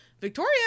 victoria